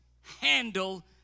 handle